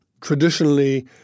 Traditionally